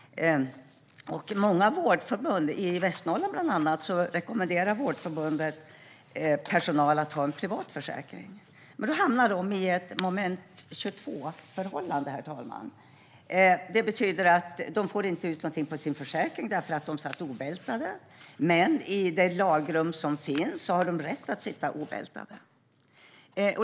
Vårdförbundet i Västernorrland rekommenderar personalen att ta en privat försäkring. Men då hamnar de i ett moment 22-förhållande, herr talman. De får inte ut något på försäkringen därför att de har suttit obältade, men i det lagrum som finns har de rätt att sitta obältade.